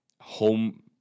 home